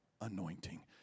anointing